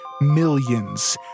millions